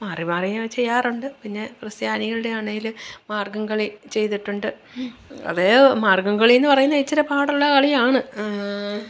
മാറി മാറി ഞാന് ചെയ്യാറുണ്ട് പിന്നെ ക്രിസ്ത്യാനികളുടെയാണേല് മാർഗ്ഗംകളി ചെയ്തിട്ടുണ്ട് അതേ മാർഗ്ഗംകള എന്നു പറയുന്ന ഇച്ചിരെ പാടുള്ള കളിയാണ്